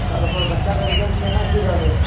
sir हमर बच्चाके result कोना कि रहलै